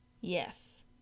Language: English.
Yes